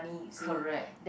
correct